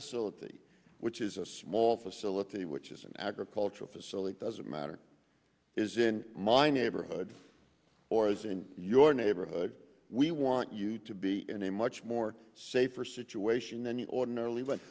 the which is a small facility which is an agricultural facility doesn't matter is in my neighborhood or as in your neighborhood we want you to be in a much more safer situation than you ordinarily but